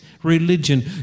Religion